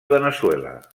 veneçuela